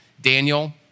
Daniel